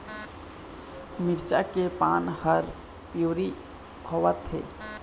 मिरचा के पान हर पिवरी होवथे?